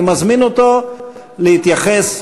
אני מזמין אותו להתייחס לנושאים.